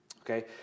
okay